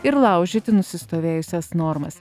ir laužyti nusistovėjusias normas